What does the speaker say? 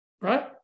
Right